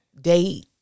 date